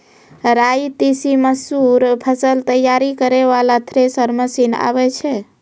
राई तीसी मसूर फसल तैयारी करै वाला थेसर मसीन आबै छै?